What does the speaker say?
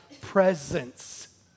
presence